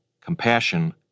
Compassion